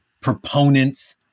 proponents